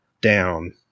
Down